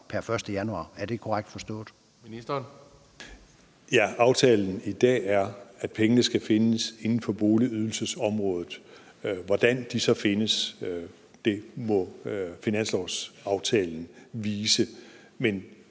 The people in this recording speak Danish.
(Jørn Neergaard Larsen): Ja, aftalen i dag er, at pengene skal findes inden for boligydelsesområdet. Hvordan de så findes, må finanslovsaftalen vise. Men